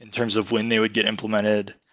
in terms of when they would get implemented.